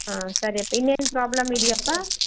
ಹಾಂ ಸರಿಯಪ್ಪ ಇನ್ನೇನು ಪ್ರಾಬ್ಲಮ್ ಇದೆಯಪ್ಪಾ